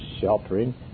sheltering